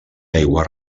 aigua